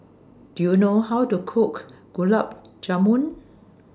Do YOU know How to Cook Gulab Jamun